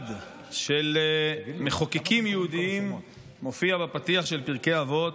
המתועד של מחוקקים יהודים מופיע בפתיח של פרקי אבות,